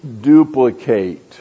duplicate